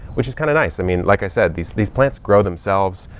which is kind of nice. i mean, like i said, these, these plants grow themselves.